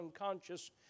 unconscious